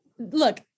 Look